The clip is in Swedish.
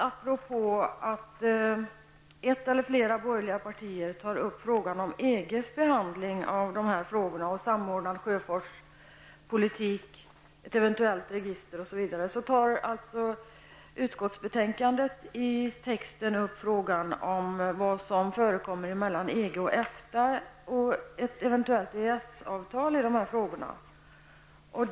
Apropå att ett eller flera borgerliga partier tar upp frågan om EGs behandling av frågorna om samordnad sjöfartspolitik, ett eventuellt register, osv., tas i utskottsbetänkandet frågan om vad som förekommer mellan EG och EFTA och ett eventuellt EES-avtal i dessa frågor upp.